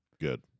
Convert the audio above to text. good